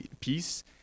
peace